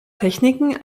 techniken